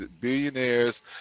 billionaires